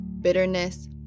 bitterness